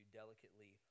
delicately